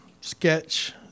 sketch